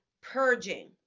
purging